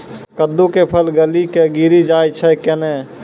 कददु के फल गली कऽ गिरी जाय छै कैने?